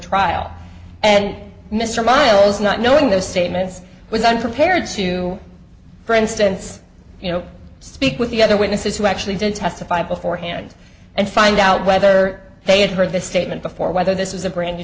trial and mr miles not knowing those statements was unprepared to for instance you know speak with the other witnesses who actually did testify beforehand and find out whether they had heard the statement before whether this was a brand new